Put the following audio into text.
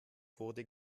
wurde